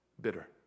Bitter